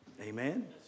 Amen